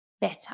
better